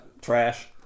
Trash